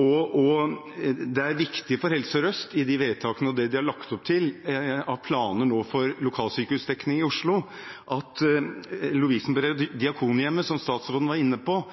Det er viktig for Helse Sør-Øst, i de vedtakene og det de har lagt opp til av planer for lokalsykehusdekning i Oslo, at Lovisenberg og Diakonhjemmet, som statsråden var inne på,